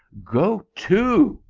go to!